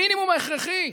המינימום ההכרחי.